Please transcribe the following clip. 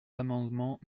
l’amendement